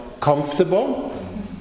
comfortable